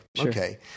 okay